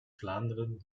vlaanderen